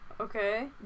Okay